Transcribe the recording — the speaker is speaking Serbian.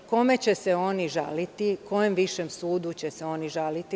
Kome će se oni žaliti, kojem višem sudu će se oni žaliti?